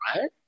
right